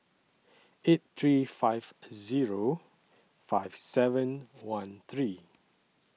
eight three five Zero five seven one three